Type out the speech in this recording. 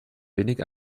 wenig